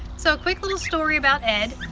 so a quick little story about ed.